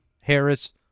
Harris